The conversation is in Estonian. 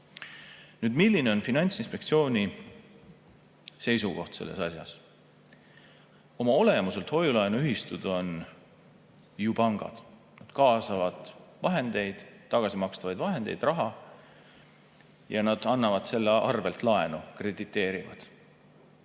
Milline on Finantsinspektsiooni seisukoht selles asjas? Oma olemuselt on hoiu-laenuühistud ju pangad. Nad kaasavad vahendeid, tagasi makstavaid vahendeid, raha, ja nad annavad selle arvel laenu, krediteerivad.